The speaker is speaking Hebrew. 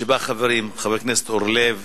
שבה חברים חברי הכנסת אורלב,